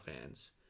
fans